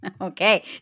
Okay